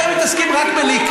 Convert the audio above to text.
אתה יכול להמשיך